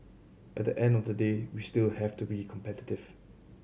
at the end of the day we still have to be competitive